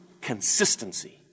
consistency